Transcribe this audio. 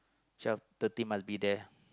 twelve thirty must be there